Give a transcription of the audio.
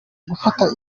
gufata